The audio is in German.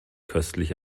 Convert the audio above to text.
köstlich